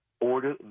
Order